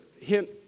hint